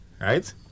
right